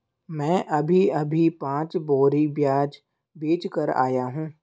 मैं अभी अभी पांच बोरी प्याज बेच कर आया हूं